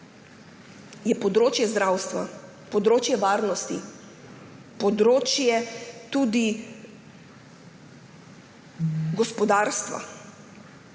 je področje zdravstva, področje varnosti, tudi področje gospodarstva